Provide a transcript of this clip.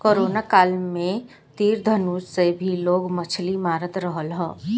corona काल में तीर धनुष से भी लोग मछली मारत रहल हा